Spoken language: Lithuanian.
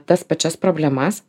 tas pačias problemas